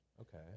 Okay